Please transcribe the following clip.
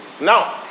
Now